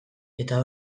eta